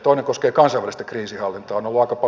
toinen koskee kansainvälistä kriisinhallintaa